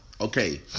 Okay